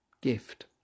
Gift